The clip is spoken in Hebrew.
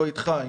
לא איתך.